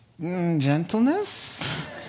gentleness